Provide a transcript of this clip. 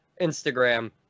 instagram